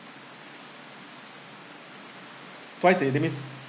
twice in minutes